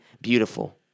beautiful